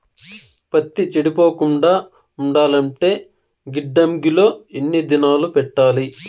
పత్తి చెడిపోకుండా ఉండాలంటే గిడ్డంగి లో ఎన్ని దినాలు పెట్టాలి?